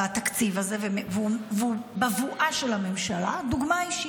בתקציב הזה והיא בבואה של הממשלה, דוגמה אישית.